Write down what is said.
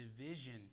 division